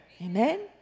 Amen